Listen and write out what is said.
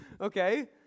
Okay